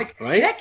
Right